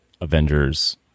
Avengers